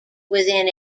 within